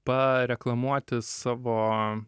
pareklamuoti savo